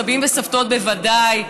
סבים וסבתות בוודאי,